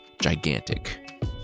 Gigantic